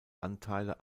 anteile